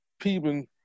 peeping